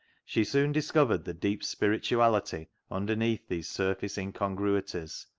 she soon discovered the deep spirituality underneath these surface incongruities,